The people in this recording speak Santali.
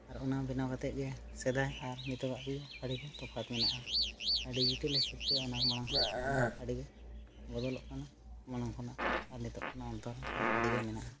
ᱟᱨ ᱚᱱᱟ ᱵᱮᱱᱟᱣ ᱠᱟᱛᱮᱫ ᱜᱮ ᱥᱮᱫᱟᱭ ᱟᱨ ᱱᱤᱛᱚᱜᱟᱜ ᱫᱤᱱ ᱟᱹᱰᱤᱜᱮ ᱛᱚᱯᱷᱟᱛ ᱢᱮᱱᱟᱜᱼᱟ ᱰᱤᱡᱤᱴᱮᱞ ᱦᱤᱥᱟᱹᱵᱽᱛᱮ ᱚᱱᱟ ᱢᱟᱲᱟᱝ ᱥᱮᱫ ᱠᱷᱚᱱᱟᱜ ᱫᱚ ᱟᱹᱰᱤᱜᱮ ᱵᱚᱫᱚᱞᱚᱜ ᱠᱟᱱᱟ ᱢᱟᱲᱟᱝ ᱠᱷᱚᱱᱟᱜ ᱟᱨ ᱱᱤᱛᱳᱜ ᱠᱷᱚᱱᱟᱜ ᱚᱱᱛᱚᱨ ᱚᱱᱛᱚᱨ ᱚᱸᱰᱤᱜᱮ ᱢᱮᱱᱟᱜᱼᱟ